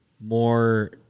more